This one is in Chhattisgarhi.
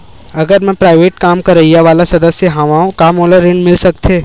अगर मैं प्राइवेट काम करइया वाला सदस्य हावव का मोला ऋण मिल सकथे?